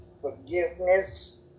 forgiveness